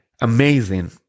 amazing